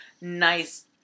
nice